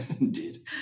Indeed